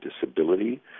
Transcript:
disability